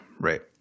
right